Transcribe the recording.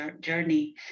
journey